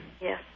Yes